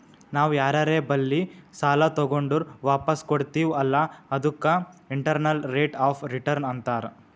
ನಾವ್ ಯಾರರೆ ಬಲ್ಲಿ ಸಾಲಾ ತಗೊಂಡುರ್ ವಾಪಸ್ ಕೊಡ್ತಿವ್ ಅಲ್ಲಾ ಅದಕ್ಕ ಇಂಟರ್ನಲ್ ರೇಟ್ ಆಫ್ ರಿಟರ್ನ್ ಅಂತಾರ್